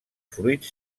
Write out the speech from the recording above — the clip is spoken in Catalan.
fruits